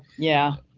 yeah.